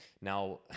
Now